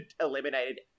eliminated